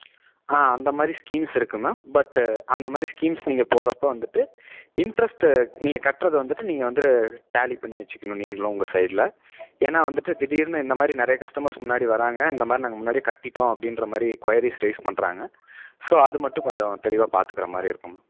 ஆ அந்தமாதிரி ஸ்கீம்ஸ் இருக்கு ma'am but அந்தமாதிரி ஸ்கீம்ஸ் நீங்கள் போறப்போ வந்துவிட்டு இண்ட்ரெஸ்ட்டு நீங்கள் கட்டுறது வந்துவிட்டு நீங்கள் வந்து டேலி பண்ணி வச்சுக்கணும் நீங்களும் உங்கள் சைட்டில் ஏன்னா வந்துவிட்டு திடீர்ன்னு இந்தமாதிரி நிறைய கஸ்டமர்ஸ் முன்னாடி வராங்க இந்தமாதிரி நாங்கள் முன்னாடியே கட்டி விட்டோம் அப்படின்ற மாதிரி கொயரீஸ் ரைஸ் பண்ணுறாங்க ஸோ அது மட்டும் கொஞ்ச தெளிவாக பார்த்துக்கற மாதிரி இருக்கும்